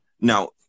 now